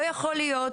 לא יכול להיות